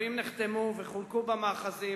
הצווים נחתמו וחולקו במאחזים,